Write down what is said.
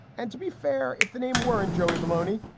and to be fair, if the name were in joey boloney,